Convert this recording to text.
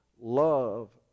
love